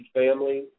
family